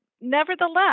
nevertheless